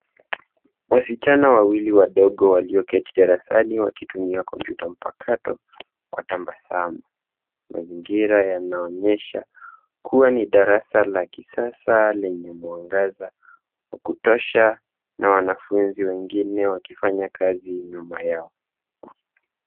Wasichana wawili wadogo walioketi darasani wakitumia kompyuta mpakato kwa tabasamu. Mazingira yanaonyesha kuwa ni darasa la kisasa lenye mwangaza wa kutosha na wanafunzi wengine wakifanya kazi nyuma yao.